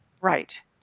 Right